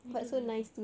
me too me too